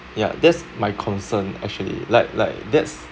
ya that's my concern actually like like that's